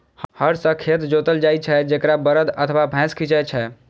हर सं खेत जोतल जाइ छै, जेकरा बरद अथवा भैंसा खींचै छै